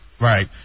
Right